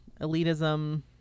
elitism